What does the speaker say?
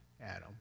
Adam